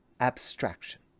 abstraction